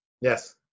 Yes